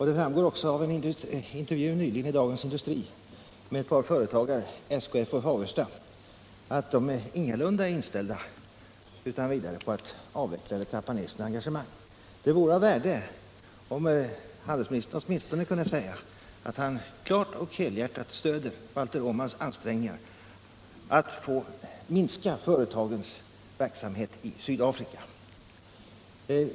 Det framgår också av en intervju nyligen i Dagens Industri med ett par företags representanter, SKF och Fagersta, att man ingalunda är inställd på att avveckla eller trappa ner sina engagemang. 107 Det vore av värde, om handelsministern åtminstone kunde säga att han klart och helhjärtat stöder Valter Åmans ansträngningar att minska företagens verksamhet i Sydafrika.